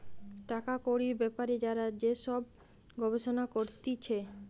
টাকা কড়ির বেপারে যারা যে সব গবেষণা করতিছে